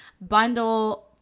bundle